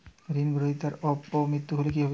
ঋণ গ্রহীতার অপ মৃত্যু হলে কি হবে?